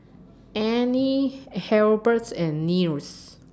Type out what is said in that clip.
Anne Hilberts and Nils